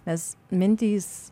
nes mintys